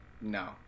No